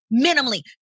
minimally